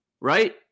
right